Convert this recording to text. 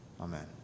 Amen